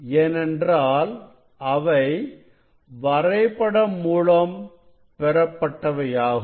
ஏனென்றால் அவை வரைபடம் மூலம் பெறப்பட்டவையாகும்